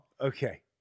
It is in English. Okay